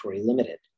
limited